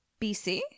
BC